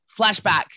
flashback